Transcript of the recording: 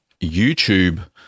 YouTube